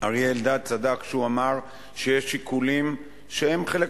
אריה אלדד צדק כשהוא אמר שיש שיקולים שהם חלק